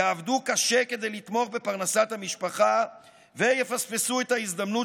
יעבדו קשה כדי לתמוך בפרנסת המשפחה ויפספסו את ההזדמנות